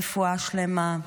רפואה שלמה,